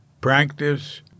practice